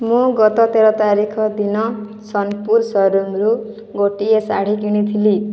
ମୁଁ ଗତ ତେର ତାରିଖ ଦିନ ସୋନପୁର ସୋରୁମରୁ ଗୋଟିଏ ଶାଢ଼ୀ କିଣିଥିଲି